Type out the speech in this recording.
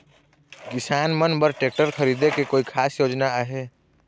किसान मन बर ट्रैक्टर खरीदे के कोई खास योजना आहे?